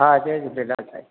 हा जय झूलेलाल साईं